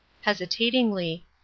Hesitatingly